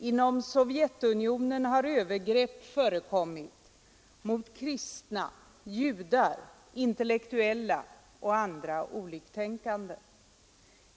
Inom Sovjetunionen har övergrepp förekommit mot kristna, judar, intellektuella och andra oliktänkande.